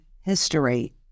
history